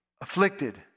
afflicted